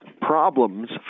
problems